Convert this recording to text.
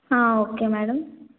okay madam